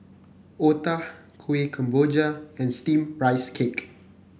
otah Kuih Kemboja and steamed Rice Cake